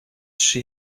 she